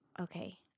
Okay